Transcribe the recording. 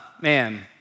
man